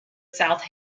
south